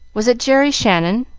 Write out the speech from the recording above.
was it jerry shannon?